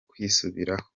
kwisubiraho